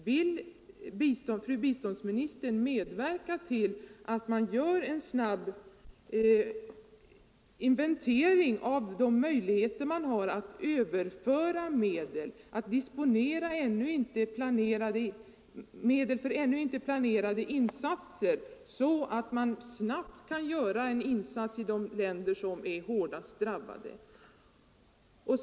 Vill fru biståndsministern medverka till att vi gör en sådan snabb inventering av våra möjligheter att föra över medel och att disponera medel vad som dessutom omedelbart skulle behöva göras är, som jag ser det, för ännu inte planerade insatser, så att vi snabbt kan göra hjälpinsatser i de hårdast drabbade länderna?